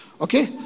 okay